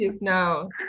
now